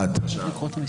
מי נגד?